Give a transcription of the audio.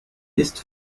ist